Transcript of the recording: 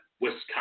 Wisconsin